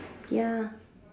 ya